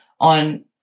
on